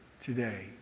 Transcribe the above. today